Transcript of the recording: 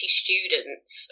students